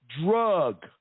drug